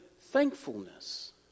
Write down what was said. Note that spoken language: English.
thankfulness